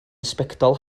sbectol